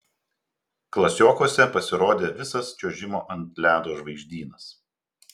klasiokuose pasirodė visas čiuožimo ant ledo žvaigždynas